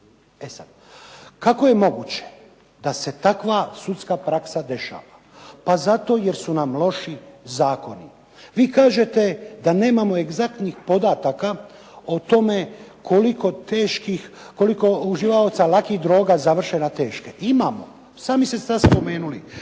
E sad, kako je moguće da se takva sudska praksa dešava? Pa zato jer su nam loši zakoni. Vi kažete da nemamo egzaktnih podataka o tome koliko teških, koliko uživaoca lakih droga završe na teške. Imamo, sami ste sad spomenuli.